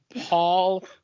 Paul